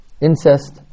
incest